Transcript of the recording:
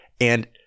And-